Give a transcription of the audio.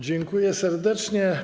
Dziękuję serdecznie.